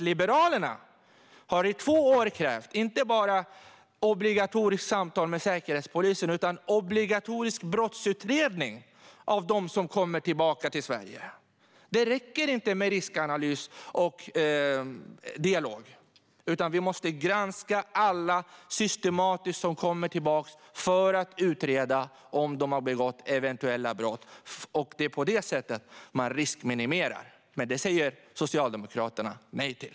Liberalerna har i två år krävt inte bara obligatoriska samtal med Säkerhetspolisen utan också obligatorisk brottsutredning av dem som kommer tillbaka till Sverige. Det räcker inte med riskanalys och dialog, utan vi måste systematiskt granska alla som kommer tillbaka för att utreda om de eventuellt har begått brott. Det är på det sättet man riskminimerar, men detta säger Socialdemokraterna nej till.